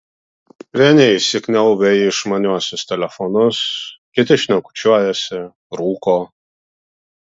vieni įsikniaubę į išmaniuosius telefonus kiti šnekučiuojasi rūko